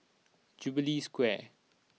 Jubilee Square